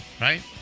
Right